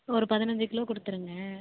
ஒரு பதினஞ்சு கிலோ கொடுத்துடுங்க